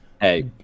Hey